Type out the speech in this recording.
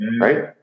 right